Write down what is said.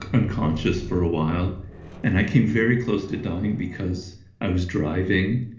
unconscious for a while and i came very close to dying because i was driving.